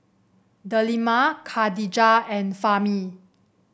Delima Khadija and Fahmi